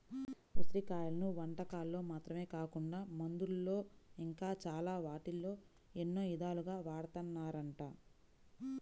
ఉసిరి కాయలను వంటకాల్లో మాత్రమే కాకుండా మందుల్లో ఇంకా చాలా వాటిల్లో ఎన్నో ఇదాలుగా వాడతన్నారంట